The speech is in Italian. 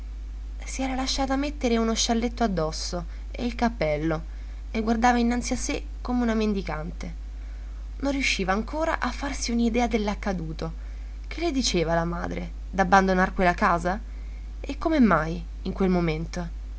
si era lasciata mettere uno scialletto addosso e il cappello e guardava innanzi a sé come una mendicante non riusciva ancora a farsi un'idea dell'accaduto che le diceva la madre d'abbandonar quella casa e come mai in quel momento